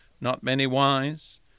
not-many-wise